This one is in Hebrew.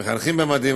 "מחנכים במדים".